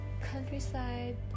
countryside